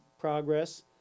progress